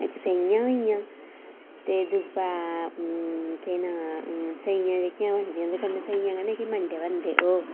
इक सेईंया होई गेइयां ते इक दूऐ सेवियें कन्नै मंड़े बनदे ओह्